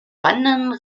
wandern